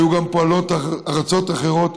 ואם כך היו פועלות גם ארצות אחרות,